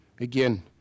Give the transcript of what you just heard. Again